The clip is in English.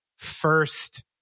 first